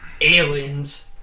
aliens